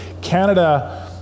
Canada